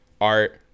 art